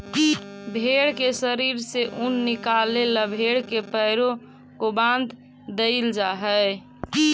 भेंड़ के शरीर से ऊन निकाले ला भेड़ के पैरों को बाँध देईल जा हई